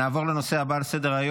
נעבור לנושא הבא על סדר-היום,